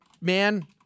man